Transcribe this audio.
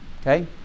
Okay